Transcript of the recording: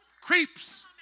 Creeps